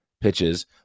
pitches